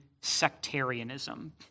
sectarianism